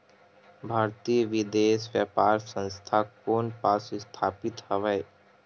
भारतीय विदेश व्यापार संस्था कोन पास स्थापित हवएं?